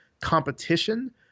competition